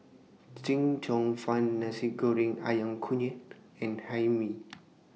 Chee Cheong Fun Nasi Goreng Ayam Kunyit and Hae Mee